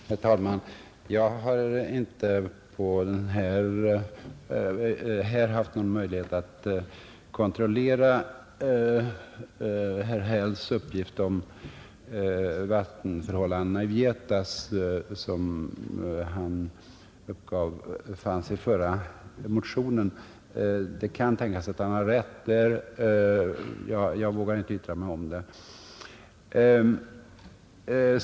Herr talman! Jag har inte haft någon möjlighet att kontrollera den uppgift om vattenförhållandena i Vietas, som herr Häll uppgav fanns i förra årets motion. Det kan tänkas att han har rätt på den punkten, men jag vågar inte yttra mig om det.